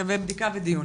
שווה בדיקה ודיון.